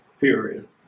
period